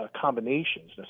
combinations